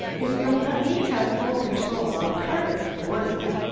if you'll let me have full control, i'll carve it for you,